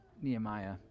Nehemiah